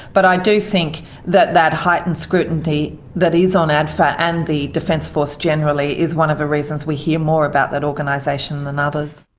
but i do think that that heightened scrutiny that is on adfa and the defence force generally is one of the reasons we hear more about that organisation than others.